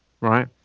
right